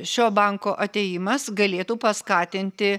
šio banko atėjimas galėtų paskatinti